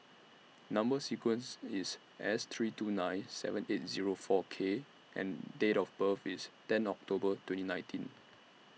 Number sequence IS S three two nine seven eight Zero four K and Date of birth IS ten October twenty nineteen